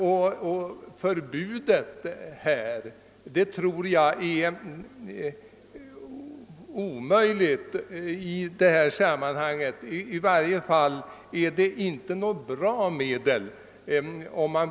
Ett förbud anser vi reservanter inte är något bra medel för att komma till rätta med problemen.